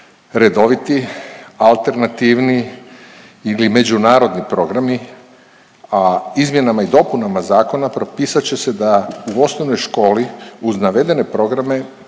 redoviti alternativni ili međunarodni programi, a izmjenama i dopunama zakona propisat će se da u osnovnoj školi uz navedene programe